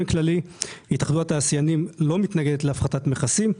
התאחדות התעשיינים לא מתנגדת באופן כללי להפחתת מכסים,